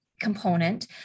component